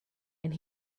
and